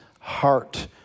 heart